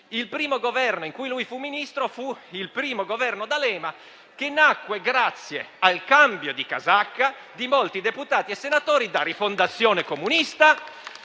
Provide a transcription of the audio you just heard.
Il primo Governo in cui fu Ministro fu il primo governo D'Alema, che nacque grazie al cambio di casacca di molti deputati e senatori da Rifondazione Comunista,